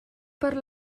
per